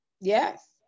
Yes